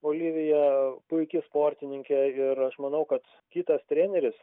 olivija puiki sportininkė ir aš manau kad kitas treneris